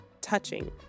touching